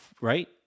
right